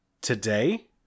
Today